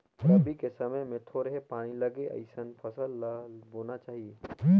रबी के समय मे थोरहें पानी लगे अइसन फसल ल बोना चाही